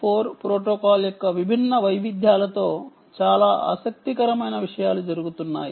4 protocol యొక్క విభిన్న వైవిధ్యాలతో చాలా ఆసక్తికరమైన విషయాలు జరుగుతున్నాయి